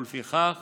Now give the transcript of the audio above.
וכך